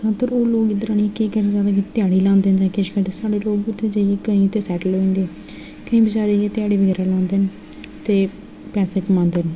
उद्धरू लोग इद्धर आह्नियै केह करदे ध्याड़ी लांदे ते साढ़े लोग उ'त्थें जाइयै केईं लोग ते सेटल होई जंदे केईं ते बेचारे इ'यै ध्याड़ी बगैरा लांदे न ते पैसे कमांदे न